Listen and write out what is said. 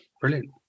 Brilliant